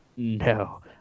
No